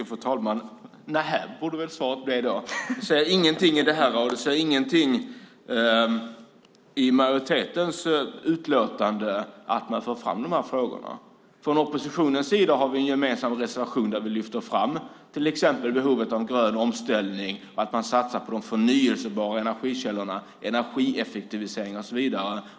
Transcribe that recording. Fru talman! Nähä, borde väl svaret bli då! Du ser ingenting i det här, och frågorna förs inte fram i majoritetens utlåtande. Från oppositionens sida har vi en gemensam reservation där vi lyfter fram till exempel behovet av en grön omställning och att man ska satsa på de förnybara energikällorna, energieffektivisering och så vidare.